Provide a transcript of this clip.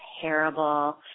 terrible